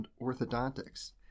orthodontics